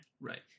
Right